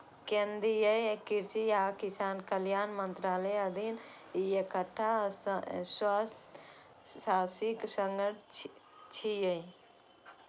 केंद्रीय कृषि आ किसान कल्याण मंत्रालयक अधीन ई एकटा स्वायत्तशासी संगठन छियै